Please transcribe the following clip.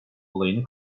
olayını